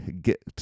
get